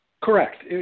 correct